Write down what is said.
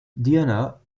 diana